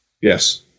Yes